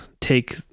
take